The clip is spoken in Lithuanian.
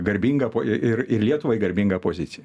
garbingą ir ir lietuvai garbingą poziciją